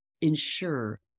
ensure